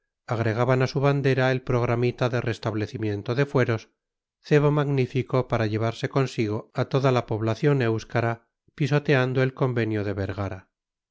agregaban a su bandera el programita de restablecimiento de fueros cebo magnífico para llevarse consigo a toda la población éuskara pisoteando el convenio de vergara